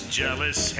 jealous